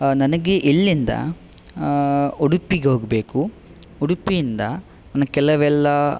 ನನಗೆ ಇಲ್ಲಿಂದ ಉಡುಪಿಗೆ ಹೋಗಬೇಕು ಉಡುಪಿಯಿಂದ ನನಗೆ ಕೆಲವೆಲ್ಲ